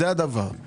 אם